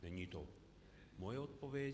Není to moje odpověď.